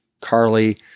Carly